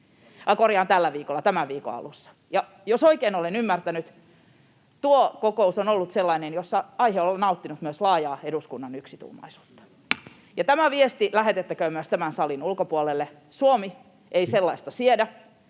korjaan: tämän viikon alussa. Jos oikein olen ymmärtänyt, tuo kokous on ollut sellainen, jossa aihe on nauttinut myös laajaa eduskunnan yksituumaisuutta. Tämä viesti lähetettäköön myös tämän salin ulkopuolelle: Suomi ei sellaista siedä,